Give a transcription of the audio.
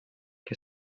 que